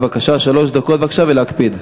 שלוש דקות בבקשה, ולהקפיד.